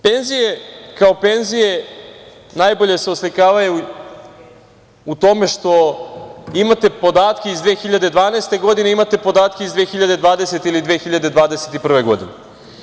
Penzije kao penzije najbolje se oslikavaju u tome što imate podatke iz 2012. godine, imate podatke iz 2020. ili 2021. godine.